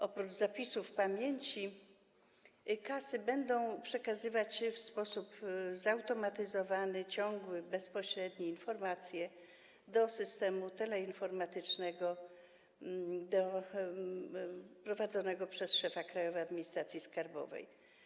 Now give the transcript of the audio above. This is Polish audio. Oprócz zapisów pamięci kasy będą przekazywać w sposób zautomatyzowany, ciągły i bezpośredni informacje do systemu teleinformatycznego prowadzonego przez szefa Krajowej Administracji Skarbowej.